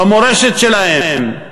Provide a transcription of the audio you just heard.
במורשת שלהם.